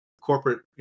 corporate